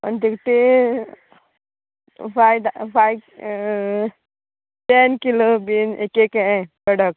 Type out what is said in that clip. आनी ते ते फायज फायज टॅन किलो बी एकें केळें कडक